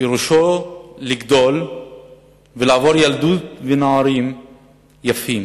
פירושו לגדול ולעבור ילדות ונעורים יפים,